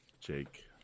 Jake